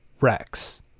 Rex